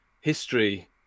history